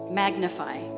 magnify